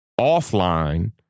offline